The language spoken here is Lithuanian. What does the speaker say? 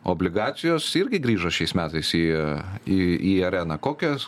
obligacijos irgi grįžo šiais metais į į į areną kokias